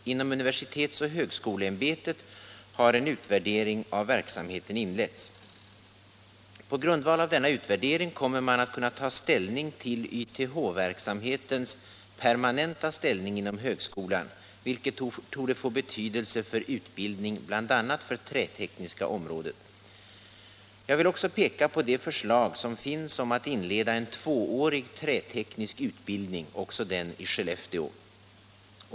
Inom universitetsoch högskoleämbetet har en utvärdering av verksamheten inletts. På grundval av denna utvärdering kommer man att kunna ta ställning till YTH-verksamhetens permanenta ställning inom högskolan, vilket torde få betydelse för utbildning bl.a. för trätekniska området. Jag vill också peka på de förslag som finns om att inleda en tvåårig träteknisk utbildning, också den i Skellefteå.